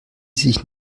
sich